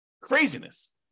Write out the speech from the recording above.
Craziness